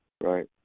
right